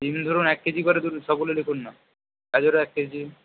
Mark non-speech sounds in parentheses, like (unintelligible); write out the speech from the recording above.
বিন ধরুন এক কেজি করে (unintelligible) সবগুলো লিখুন না গাজরও এক কেজি